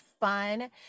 fun